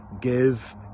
give